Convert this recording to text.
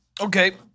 Okay